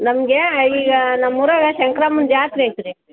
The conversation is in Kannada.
ನಮಗೆ ಈಗ ನಮ್ಮ ಊರಾಗ ಶಂಕ್ರಮ್ಮನ ಜಾತ್ರೆ ಐತತಿ ರೀ